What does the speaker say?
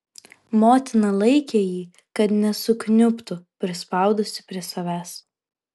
motina laikė jį kad nesukniubtų prispaudusi prie savęs